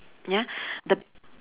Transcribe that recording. ya the